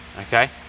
okay